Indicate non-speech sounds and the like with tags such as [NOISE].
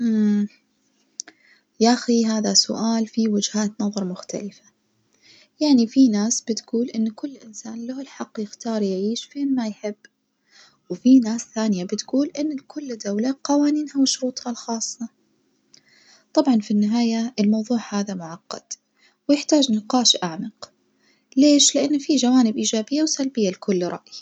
[HESITATION] يا أخي هذا سؤال فيه وجهات نظر مختلفة، يعني في ناس بتجول إن كل إنسان له الحق يختار يعيش فين ما يحب، وفي ناس ثانية بتجول إن كل دولة لها قوانينها وشروطها الخاصة، طبعًا في النهاية الموضوع هذا معقد ويحتاج نقاش أعمق، ليش؟ لإنه في جوانب إيجابية وسلبية لكل رأي.